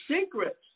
secrets